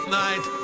night